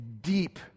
deep